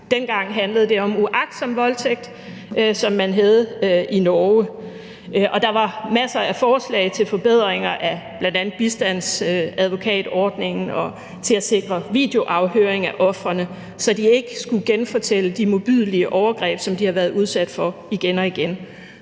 Dengang handlede det om uagtsom voldtægt, som var det begreb, man havde i Norge, og der var masser af forslag til forbedringer af bl.a. bistandsadvokatordningen og til at sikre videoafhøring af ofrene, så de ikke skulle genfortælle de modbydelige overgreb, som de havde været udsat for igen og igen.